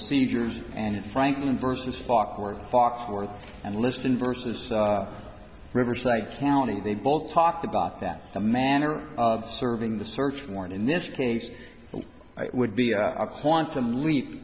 seizures and franklin versus foxworth foxworth and liston versus riverside county they both talk about that a manner of serving the search warrant in this case would be a quantum leap